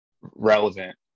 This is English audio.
relevant